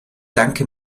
danke